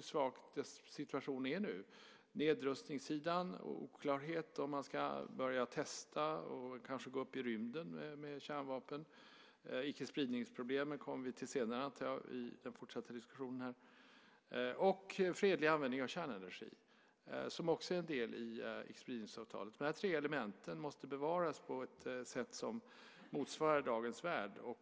svag situationen är nu. Vi har nedrustningssidan och en oklarhet om ifall man ska börja testa, och kanske gå upp i rymden med kärnvapen. Icke-spridningsproblemen kommer vi till senare, antar jag, i den fortsatta diskussionen. Det handlar också om fredlig användning av kärnenergi, som också är en del i spridningsavtalet. De här tre elementen måste bevaras på ett sätt som motsvarar dagens värld.